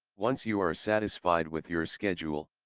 once you are satisfied with your schedule,